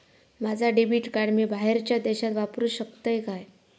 माझा debit card मी बाहेरच्या देशात वापरू शकतय काय?